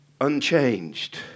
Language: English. unchanged